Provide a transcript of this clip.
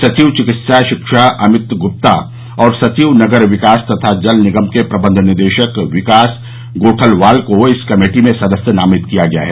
सचिव चिकित्सा शिक्षा अमित गुप्ता और सचिव नगर विकास तथा जल निगम के प्रबंध निदेशक विकास गोठलवाल को इस कमेटी में सदस्य नामित किया गया है